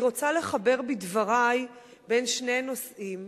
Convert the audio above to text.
אני רוצה לחבר בדברי בין שני נושאים,